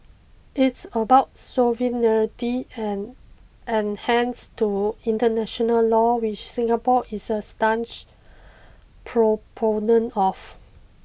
it's about sovereignty and enhance to international law which Singapore is a staunch proponent of